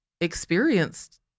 experienced